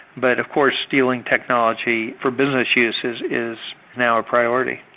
but of course stealing technology for business use is is now a priority.